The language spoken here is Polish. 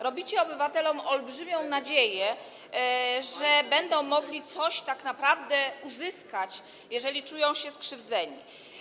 Robicie obywatelom olbrzymią nadzieję, że będą mogli naprawdę coś uzyskać, jeżeli czują się skrzywdzeni.